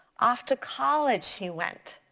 off to college she went,